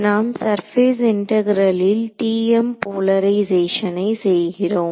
நாம் சர்பேஸ் இன்டகரேலில் TM போலரைசேஷனை செய்கிறோம்